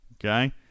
Okay